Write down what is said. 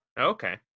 Okay